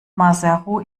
maseru